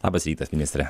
labas rytas ministre